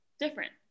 different